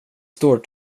står